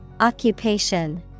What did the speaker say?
Occupation